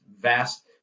vast